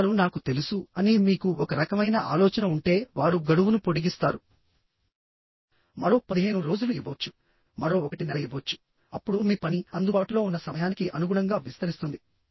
కానీ వారు నాకు తెలుసు అని మీకు ఒక రకమైన ఆలోచన ఉంటే వారు గడువును పొడిగిస్తారా మరో 15 రోజులు ఇవ్వవచ్చు మరో 1 నెల ఇవ్వవచ్చు అప్పుడు మీ పని అందుబాటులో ఉన్న సమయానికి అనుగుణంగా విస్తరిస్తుంది